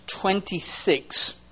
26